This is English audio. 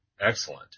excellent